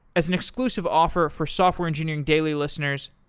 as an inclusive offer for software engineering daily listeners,